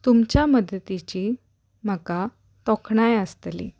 तुमच्या मदतीची म्हाका तोखणाय आसतली